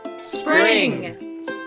Spring